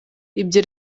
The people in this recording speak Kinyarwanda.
ibyo